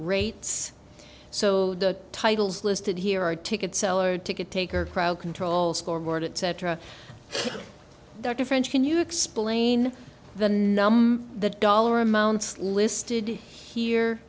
rates so the titles listed here are ticket seller ticket taker crowd control scoreboard it cetera the difference can you explain the numb the dollar amounts listed here